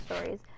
stories